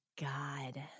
god